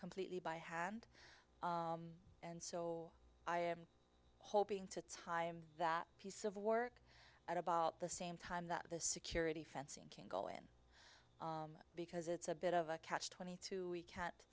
completely by hand and so i am hoping to time that piece of work at about the same time that the security fencing can go in because it's a bit of a catch twenty two can't